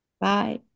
Bye